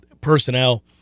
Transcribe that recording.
personnel